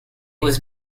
was